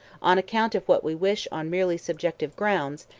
on account of what we wish on merely subjective grounds,